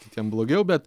kitiem blogiau bet